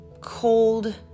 cold